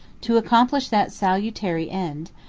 to accomplish that salutary end,